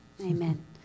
Amen